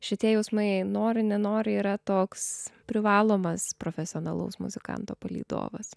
šitie jausmai nori nenori yra toks privalomas profesionalaus muzikanto palydovas